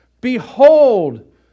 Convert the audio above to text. Behold